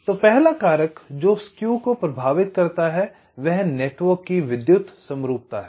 तो पहला कारक जो स्केव को प्रभावित करता है वह नेटवर्क की विद्युत समरूपता है